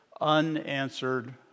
unanswered